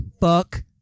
fuck